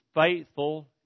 faithful